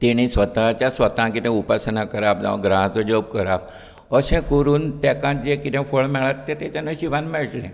तेणी स्वताच्या स्वता कितें उपासना कराप किंवां ग्रहाचो जप करप अशें करून तेका जें कितें फळ मेळत तें ताच्या नशिबान मेळटलें